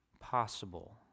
possible